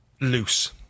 loose